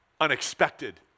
unexpected